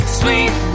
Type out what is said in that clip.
sweet